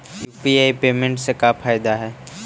UPI payment से का फायदा है?